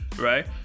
right